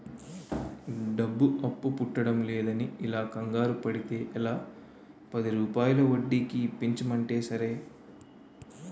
డబ్బు అప్పు పుట్టడంలేదని ఇలా కంగారు పడితే ఎలా, పదిరూపాయల వడ్డీకి ఇప్పించమంటే సరే